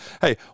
hey